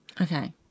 okay